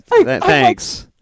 Thanks